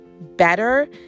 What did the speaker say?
better